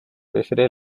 prefiere